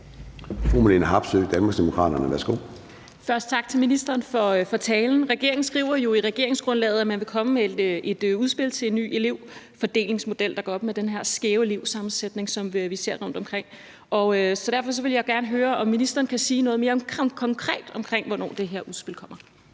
Fru Marlene Harpsøe, Danmarksdemokraterne. Værsgo. Kl. 10:35 Marlene Harpsøe (DD): Først tak til ministeren for talen. Regeringen skriver jo i regeringsgrundlaget, at man vil komme med et udspil til en ny elevfordelingsmodel, der gør op med den her skæve elevsammensætning, som vi ser rundtomkring. Så derfor vil jeg gerne høre, om ministeren kan sige noget mere konkret om, hvornår det her udspil kommer.